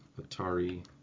Atari